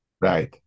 Right